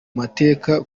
mateka